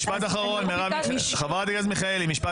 חברת הכנסת מיכאלי,